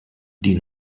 die